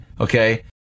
okay